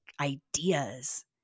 ideas